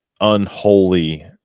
unholy